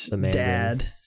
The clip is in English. dad